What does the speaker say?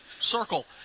Circle